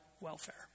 welfare